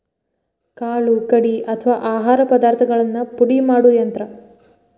ಕಾಳು ಕಡಿ ಅಥವಾ ಆಹಾರ ಪದಾರ್ಥಗಳನ್ನ ಪುಡಿ ಮಾಡು ಯಂತ್ರ